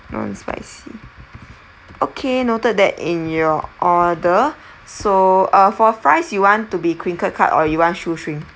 non-spicy okay noted that in your order so uh for fries you want to be crinkled cut or you want shoestring